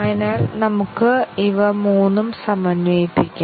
അതിനാൽ നമുക്ക് ഇവ മൂന്നും സമന്വയിപ്പിക്കാം